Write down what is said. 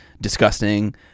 disgusting